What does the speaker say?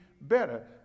better